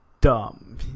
dumb